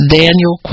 daniel